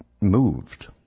moved